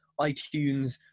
iTunes